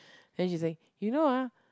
then she say you know ah